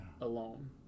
alone